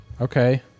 Okay